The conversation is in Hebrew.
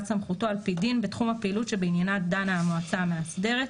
סמכותו על פי דין בתחום הפעילות שבעניינה דנה המועצה המאסדרת".